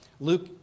Luke